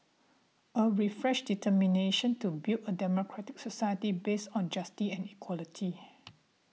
a refreshed determination to build a democratic society based on justice and equality